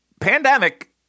pandemic